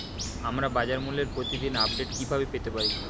আমরা বাজারমূল্যের প্রতিদিন আপডেট কিভাবে পেতে পারি?